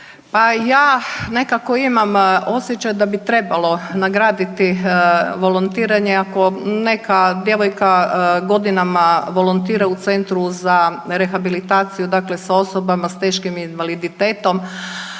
Pa ja nekako imam osjećaj da bi trebalo nagraditi volontiranje, ako neka djevojka godinama volontira u centru za rehabilitaciju dakle sa osobama sa teškim invaliditetom